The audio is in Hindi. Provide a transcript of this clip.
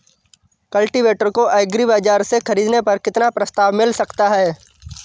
कल्टीवेटर को एग्री बाजार से ख़रीदने पर कितना प्रस्ताव मिल सकता है?